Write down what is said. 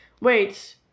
wait